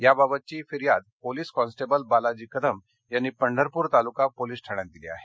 याबाबतची फिर्याद police constable Balaji Kadam यांनी पंढरपूर तालूका पोलीस ठाण्यात दिली आहे